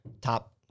top